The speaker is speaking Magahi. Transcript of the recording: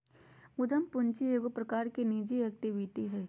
उद्यम पूंजी एगो प्रकार की निजी इक्विटी हइ